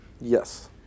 Yes